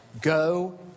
go